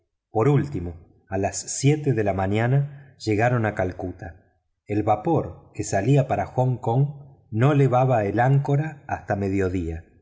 por último a las siete de la mañana llegaron a calcuta el vapor que salía para hong kong no levaba el áncora hasta mediodía